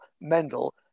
Mendel